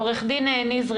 עורך דין נזרי,